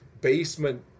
basement